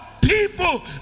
People